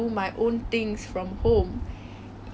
你觉得你的方法是怎样